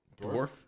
Dwarf